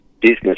business